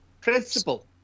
principle